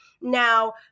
Now